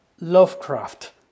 lovecraft